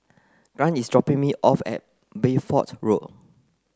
Grant is dropping me off at Bedford Road